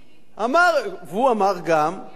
אמר שהוא יפיל את ביבי והוא יפיל.